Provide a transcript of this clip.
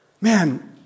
man